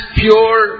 pure